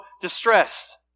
distressed